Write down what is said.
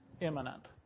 imminent